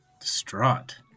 distraught